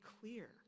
clear